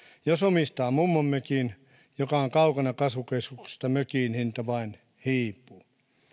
jos omistaa mummonmökin joka on kaukana kasvukeskuksesta mökin hinta vain hiipuu